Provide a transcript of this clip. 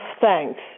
thanks